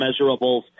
measurables